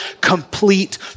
complete